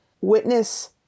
Witness